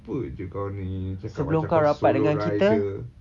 [pe] jer kau ni cakap macam kau solo rider